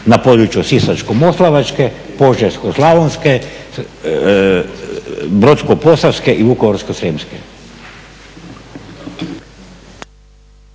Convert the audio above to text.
na području Sisačko-moslavačke, Požeško-slavonske, Brodsko-posavske i Vukovarsko-srijemske.